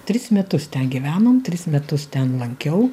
tris metus ten gyvenom tris metus ten lankiau